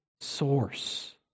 source